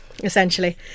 essentially